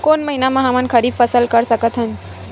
कोन महिना म हमन ह खरीफ फसल कर सकत हन?